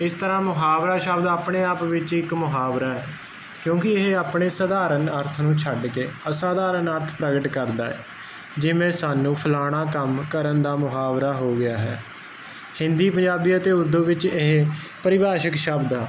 ਇਸ ਤਰ੍ਹਾਂ ਮੁਹਾਵਰਾ ਸ਼ਬਦ ਆਪਣੇ ਆਪ ਵਿੱਚ ਇੱਕ ਮੁਹਾਵਰਾ ਕਿਉਂਕਿ ਇਹ ਆਪਣੇ ਸਧਾਰਨ ਅਰਥ ਨੂੰ ਛੱਡ ਕੇ ਅਸਧਾਰਨ ਅਰਥ ਪ੍ਰਗਟ ਕਰਦਾ ਜਿਵੇਂ ਸਾਨੂੰ ਫਲਾਣਾ ਕੰਮ ਕਰਨ ਦਾ ਮੁਹਾਵਰਾ ਹੋ ਗਿਆ ਹੈ ਹਿੰਦੀ ਪੰਜਾਬੀ ਅਤੇ ਉਰਦੂ ਵਿੱਚ ਇਹ ਪਰਿਭਾਸ਼ਿਕ ਸ਼ਬਦ